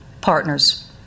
partners